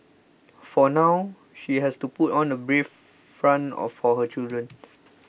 for now she has to put on a brave front of for her children